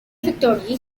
victory